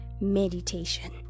meditation